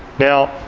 now,